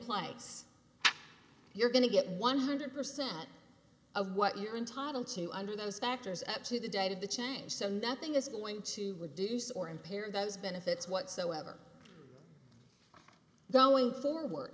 place you're going to get one hundred percent of what you're entitled to under those factors up to the date of the change so nothing is going to reduce or impair those benefits whatsoever going forward